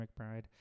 McBride